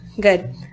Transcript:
Good